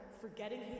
forgetting